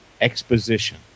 exposition